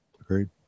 Agreed